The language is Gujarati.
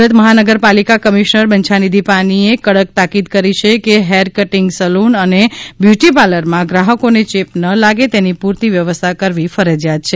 સુરત મહાનગરપાલિકા કમિશ્નર બાંછાનીઘિ પાનીએ કડક તાકીદ કરી છે કે હેર કટિગ સલૂન અને બ્યુટી પાર્લરમાં ગ્રાહકોને ચેપ ના લાગે તેની પૂરતી વ્યવસ્થા કરવી ફરજિયાત છે